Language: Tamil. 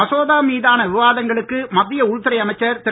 மசோதா மீதான விவாதங்களுக்கு மத்திய உள்துறை அமைச்சர் திரு